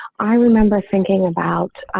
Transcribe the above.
i remember thinking about